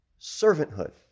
servanthood